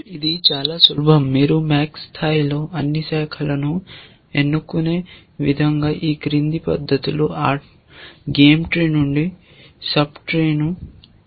ఇది చాలా సులభం మీరు మాక్స్ స్థాయిలో అన్ని శాఖలను ఎన్నుకునే విధంగా ఈ క్రింది పద్ధతిలో గేమ్ట్రీ నుండి ఉప ట్రీ ను తీస్తారు